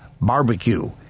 barbecue